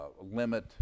Limit